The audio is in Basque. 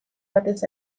batez